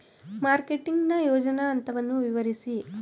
Marketing ನ ಯೋಜನಾ ಹಂತವನ್ನು ವಿವರಿಸಿ?